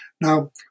Now